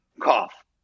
cough